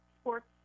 sports